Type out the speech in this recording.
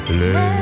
let